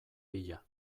bila